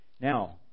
Now